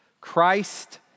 Christ